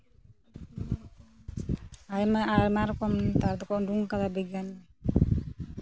ᱟᱭᱢᱟ ᱟᱭᱢᱟ ᱨᱚᱠᱚᱢ ᱱᱮᱛᱟᱨ ᱫᱚᱠᱚ ᱩᱰᱩᱝ ᱠᱟᱫᱟ ᱵᱤᱜᱽᱜᱟᱱᱤ